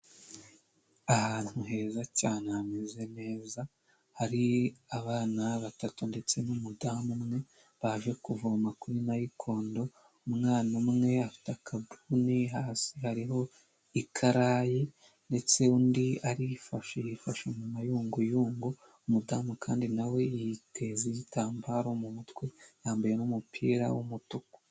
Ahantu heza cyane hameze neza hari abana batatu ndetse n'umudamu umwe baje kuvoma kuri marikondo, umwana umwe afite akabuni hasi hariho ikarayi ndetse undi arifashe yifashe mu mayunguyungu, umudamu kandi nawe yiteza igitambaro mu mutwe yambaye n'umupira w'umutuku.